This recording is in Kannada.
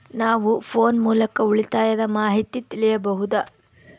ನಾವು ಫೋನ್ ಮೂಲಕ ಉಳಿತಾಯದ ಮಾಹಿತಿ ತಿಳಿಯಬಹುದಾ?